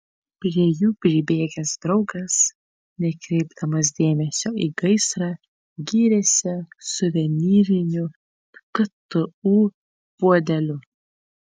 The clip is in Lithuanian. prie jų pribėgęs draugas nekreipdamas dėmesio į gaisrą gyrėsi suvenyriniu ktu puodeliu